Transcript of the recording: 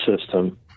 system